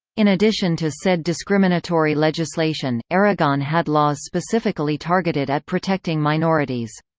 in addition to said discriminatory legislation, aragon had laws specifically targeted at protecting minorities.